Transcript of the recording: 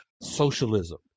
socialism